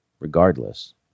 Regardless